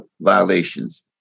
violations